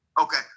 Okay